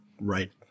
right